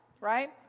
right